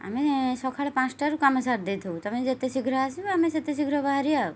ଆମେ ସକାଳେ ପାଞ୍ଚଟାରୁ କାମ ସାରି ଦେଇଥାଉ ତମେ ଯେତେ ଶୀଘ୍ର ଆସିବୁ ଆମେ ସେତେ ଶୀଘ୍ର ବାହାରିବା ଆଉ